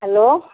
hello